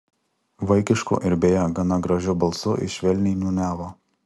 vaikišku ir beje gana gražiu balsu jis švelniai niūniavo